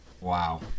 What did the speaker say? Wow